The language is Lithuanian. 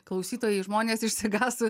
klausytojai žmonės išsigąs